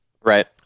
Right